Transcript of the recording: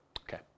Okay